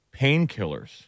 painkillers